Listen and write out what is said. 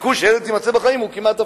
הסיכוי שהילד יימצא בחיים הוא כמעט אפסי.